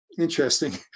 interesting